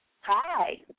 Hi